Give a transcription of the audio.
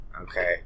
Okay